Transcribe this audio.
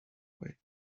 way